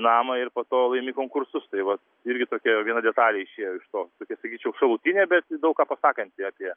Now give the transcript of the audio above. namą ir po to laimi konkursus tai va irgi tokia viena detalė išėjo iš to tokia sakyčiau šalutinė bet daug ką pasakantį apie